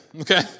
okay